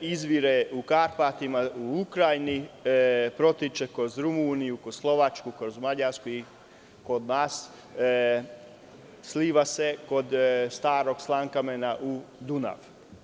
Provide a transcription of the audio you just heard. Izvire u Karpatima u Ukrajini, protiče kroz Rumuniju, kroz Slovačku, kroz Mađarsku i kod nas sliva se kod Starog Slankamena u Dunav.